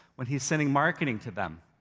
when he's sending marketing to them,